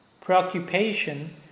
preoccupation